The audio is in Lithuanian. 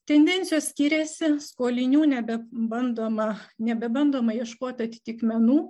tendencijos skiriasi skolinių nebebandoma nebebandoma ieškoti atitikmenų